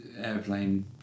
airplane